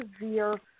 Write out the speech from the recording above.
severe